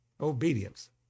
Obedience